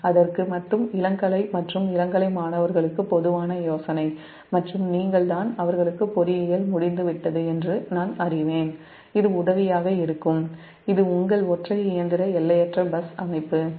அதற்கு மட்டும் இளங்கலை மற்றும் இளங்கலை மாணவர்களுக்கான பொதுவான யோசனை மற்றும் அவர்களுக்கு பொறியியல் முடிந்துவிட்டது என்று நான் அறிவேன் இது உங்கள் ஒற்றை இயந்திர எல்லையற்ற பஸ் அமைப்பு இது உதவியாக இருக்கும்